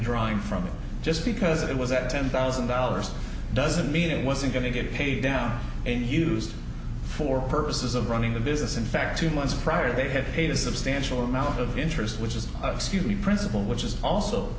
drawing from it just because it was at ten thousand dollars doesn't mean it wasn't going to get paid down and used for purposes of running the business in fact two months prior they had paid a substantial amount of interest which is a sunni principle which is also